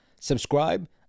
Subscribe